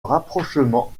rapprochement